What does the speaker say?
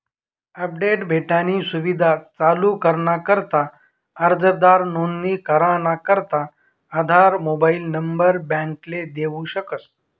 update भेटानी सुविधा चालू कराना करता अर्जदार नोंदणी कराना करता आधार मोबाईल नंबर बॅकले देऊ शकस